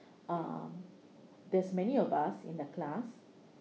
uh there's many of us in the class